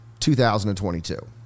2022